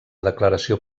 declaració